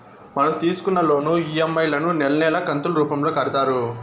మనం తీసుకున్న loan EMI లను నెలా నెలా కంతులు రూపంలో కడతారు